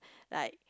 like